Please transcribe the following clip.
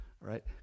right